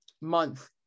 month